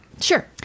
Sure